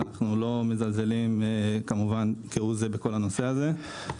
אנחנו לא מזלזלים כהוא זה בכל הנושא הזה,